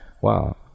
Wow